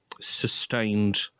sustained